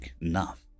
enough